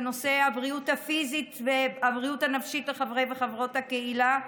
בנושא הבריאות הפיזית והבריאות הנפשית של חברי וחברות הקהילה,